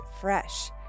fresh